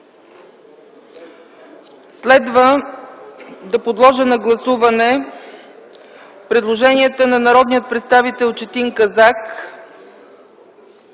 Следва да подложа на гласуване предложението на народния представител Четин Казак.